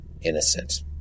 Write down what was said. innocent